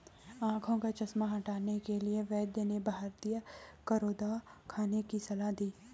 आंखों का चश्मा हटाने के लिए वैद्य ने भारतीय करौंदा खाने की सलाह दी